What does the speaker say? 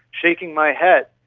shaking my head,